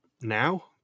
now